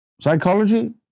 Psychology